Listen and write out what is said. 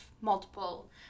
multiple